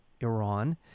Iran